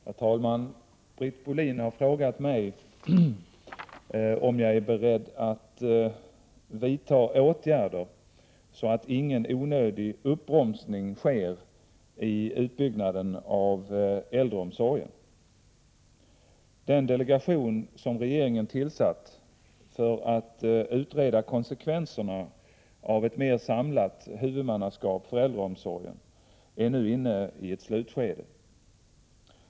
Herr talman! Britt Bohlin har frågat mig om jag är beredd att vidta åtgärder så att ingen onödig uppbromsning sker i utbyggnaden av äldreomsorgen. Den delegation som regeringen tillsatt för att utreda konsekvenserna av ett mer samlat huvudmannaskap för äldreomsorgen är nu inne i ett slutskede.